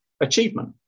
achievement